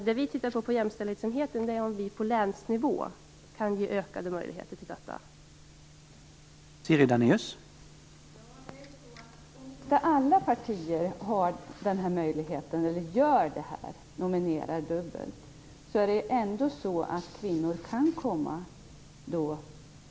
Vad vi på jämställdhetsenheten undersöker är om vi på länsnivå kan ge ökade möjligheter till dubbla nomineringar.